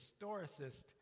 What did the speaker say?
historicist